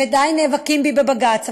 ועדיין נאבקים בי בבג"ץ,